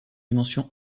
dimension